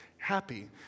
Happy